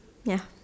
ya